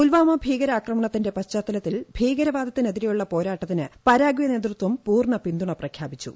പുൽവാമ ഭീകരാക്രമണത്തിന്റെ പശ്ചാത്തലത്തിൽ ഭീകരവാദത്തിനെതിരെയുള്ള പോരാട്ടത്തിന് പരാഗെ നേതൃത്വം പൂർണ്ണ പിന്തുണ പ്രഖ്യാപിച്ചു